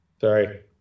Sorry